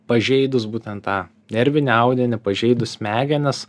pažeidus būtent tą nervinį audinį pažeidus smegenis